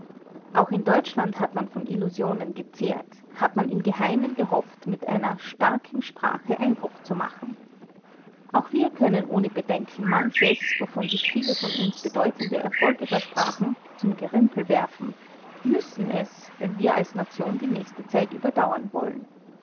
auch in deutschland hat man von illusionen gezehrt hat man im geheimen gehofft mit einer starken sprache eindruck zu machen auch wir können ohne bedenken manches wovon sich viele von uns bedeutende erfolge versprachen zum gerümpel werfen müssen es wenn wir als nation die nächste zeit überdauern wollen